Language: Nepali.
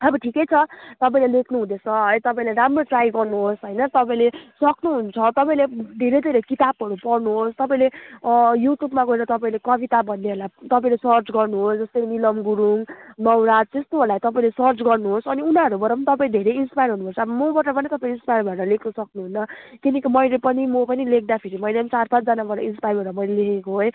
अब ठिकै छ तपाईँले लेख्नुहुँदैछ है तपाईँले राम्रो ट्राई गर्नुहोस् होइन तपाईँले सक्नुहुन्छ तपाईँले धेरैथोरै किताबहरू पढ्नुहोस् तपाईँले युट्युबमा गएर तपाईँले कविता भन्नेहरूलाई तपाईँले सर्च गर्नुहोस् जस्तै मिलन गुरुङ नवराज त्यस्तोहरूलाई तपाईँले सर्च गर्नुहोस् अनि उनीहरूबाट पनि तपाईँ धेरै इन्स्पायर हुनुपर्छ अब मबाट पनि तपाईँ इन्स्पायर भएर लेख्न सक्नुहुन्न किनकि मैले पनि म पनि लेख्दाखेरि मैले पनि चार पाँचजनाबाट इन्स्पायर भएर मैले लेखेको हो है